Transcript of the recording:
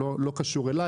וזה לא קשור אליי.